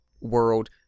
world